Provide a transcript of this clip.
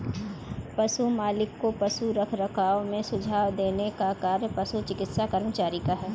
पशु मालिक को पशु रखरखाव में सुझाव देने का कार्य पशु चिकित्सा कर्मचारी का है